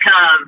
come